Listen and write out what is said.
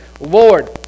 Lord